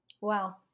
Wow